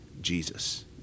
Jesus